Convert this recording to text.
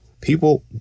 people